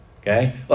Okay